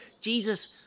Jesus